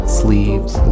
sleeves